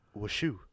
washu